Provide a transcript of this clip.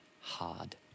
hard